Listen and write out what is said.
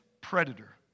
predator